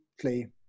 play